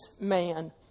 man